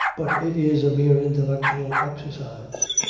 but it is a mere intellectual exercise.